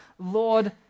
Lord